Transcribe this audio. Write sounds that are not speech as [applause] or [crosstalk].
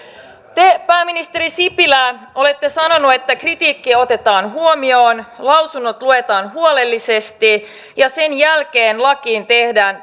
te pääministeri sipilä olette sanonut että kritiikki otetaan huomioon lausunnot luetaan huolellisesti ja sen jälkeen lakiin tehdään [unintelligible]